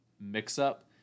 mix-up